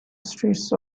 streets